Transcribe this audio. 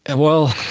and well,